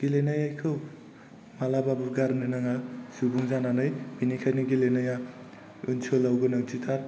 गेलेनायखौ माब्लाबाबो गारनो नाङा सुबुं जानानै बेनिखायनो गेलेनाया ओनसोलाव गोनांथिथार